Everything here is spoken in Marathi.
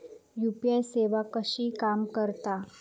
यू.पी.आय सेवा कशी काम करता?